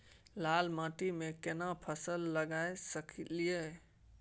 लाल माटी में केना फसल लगा सकलिए?